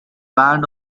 band